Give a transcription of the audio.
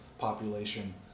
population